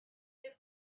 les